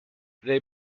they